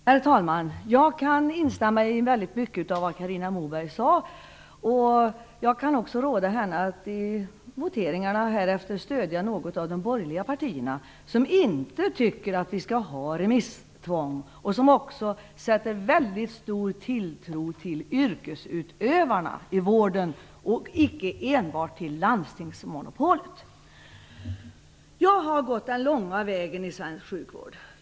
Herr talman! Jag kan instämma i väldigt mycket av vad Carina Moberg sade. Jag kan också råda henne att i kommande voteringar stödja något av de borgerliga partierna, som inte tycker att vi skall ha remisstvång och som sätter väldigt stor tilltro till yrkesutövarna inom vården och icke enbart till landstingsmonopolet. Jag har gått den långa vägen i svensk sjukvård.